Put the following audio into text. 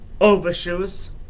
overshoes